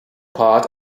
part